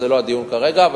וזה לא הדיון כרגע.